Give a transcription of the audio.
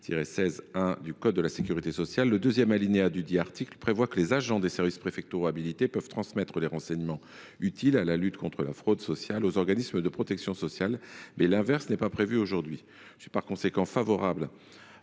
le deuxième alinéa dudit article établit que les agents des services préfectoraux habilités peuvent transmettre les renseignements utiles à la lutte contre la fraude sociale aux organismes de protection sociale, l’inverse n’est pas prévu aujourd’hui. Étant favorable